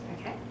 Okay